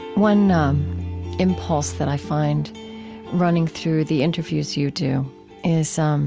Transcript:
one um impulse that i find running through the interviews you do is um